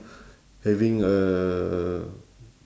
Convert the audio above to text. having a